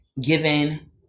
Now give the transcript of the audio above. given